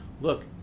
look